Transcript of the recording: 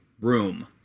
Room